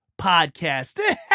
Podcast